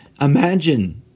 Imagine